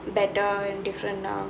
better and different now